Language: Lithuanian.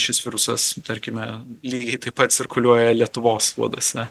šis virusas tarkime lygiai taip pat cirkuliuoja lietuvos uoduose